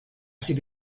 sido